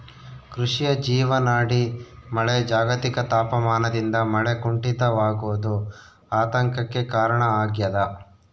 ಕೃಷಿಯ ಜೀವನಾಡಿ ಮಳೆ ಜಾಗತಿಕ ತಾಪಮಾನದಿಂದ ಮಳೆ ಕುಂಠಿತವಾಗೋದು ಆತಂಕಕ್ಕೆ ಕಾರಣ ಆಗ್ಯದ